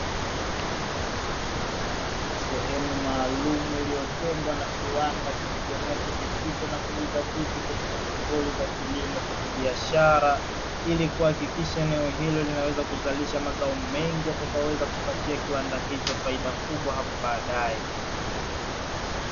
Sehemu maalumu iliyotengwa na kiwanda kilichoamua kujikita na kujidhatiti katika shughuli za kilimo cha kibiashara, ili kuhakikisha eneo hili linaweza kuzalisha mazao mengi yanayoweza kupatia kiwanda hicho faida kubwa hapo baadae.